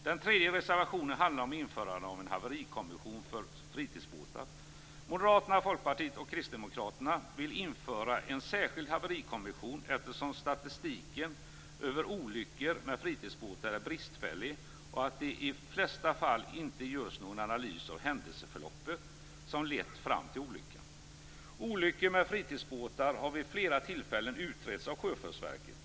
Den tredje reservationen handlar om införande av en haverikommission för fritidsbåtar. Moderaterna, Folkpartiet och Kristdemokraterna vill införa en särskild haverikommission eftersom statistiken över olyckor med fritidsbåtar är bristfällig och eftersom det i de flesta fall inte görs någon analys av händelseförloppet som lett fram till olyckan. Olyckor med fritidsbåtar har vid flera tillfällen utretts av Sjöfartsverket.